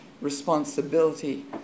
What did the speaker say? responsibility